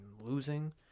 losing